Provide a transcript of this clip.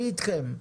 אני אתכם,